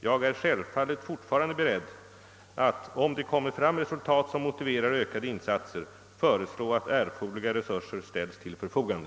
Jag är självfallet fortfarande beredd att, om det kommer fram resultat som motiverar ökade insatser, föreslå att erforderliga resurser ställs till förfogande.